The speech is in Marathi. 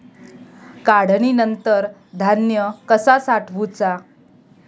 काढणीनंतर धान्य कसा साठवुचा?